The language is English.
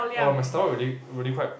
!uh! my stomach really really quite